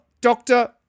doctor